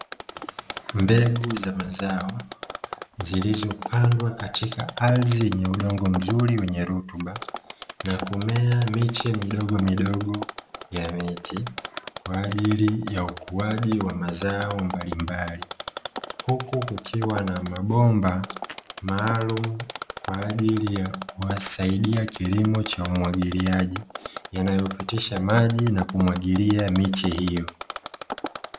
Mbegu za mazao zilizopandwa katika ardhi yenye udongo mzuri wenye rutuba na kumea miche midogomidogo ya miti kwa ajili ya ukuaji wa mazao mbalimbali , huku kukiwa na mabomba maalumu kwa ajili ya kuwasaidia kilimo cha umwagiliaji yanayopitisha maji na kumwagilia miche hio.